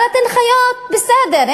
אבל אתן חיות בסדר.